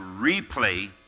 Replay